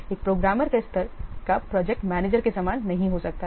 एक प्रोग्रामर का स्तर प्रोजेक्ट मैनेजर के समान नहीं हो सकता है